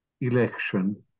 election